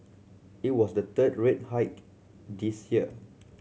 it was the third rate hike this year